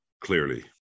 clearly